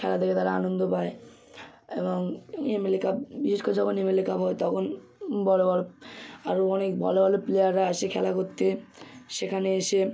খেলা দেখে তারা আনন্দ পায় এবং এমএলএ কাপ বিশেষ করে যখন এমএলএ কাপ হয় তখন বড় বড় আরও অনেক ভালো ভালো প্লেয়াররা আসে খেলা করতে সেখানে এসে